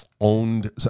owned